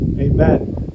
amen